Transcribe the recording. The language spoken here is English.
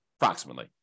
approximately